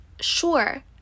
sure